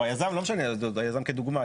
היזם כדוגמא,